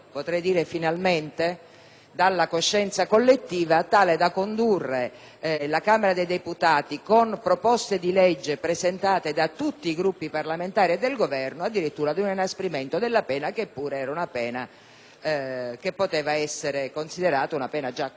dalla coscienza collettiva, tale da condurre la Camera dei deputati, con proposte di legge presentate da tutti i Gruppi parlamentari e dal Governo, addirittura ad un inasprimento della pena che pure poteva essere considerata già congrua.